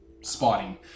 spotting